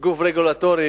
שכגוף רגולטורי,